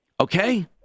Okay